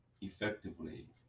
effectively